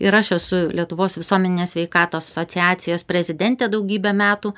ir aš esu lietuvos visuomenės sveikatos asociacijos prezidentė daugybę metų